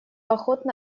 охотно